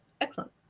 Excellent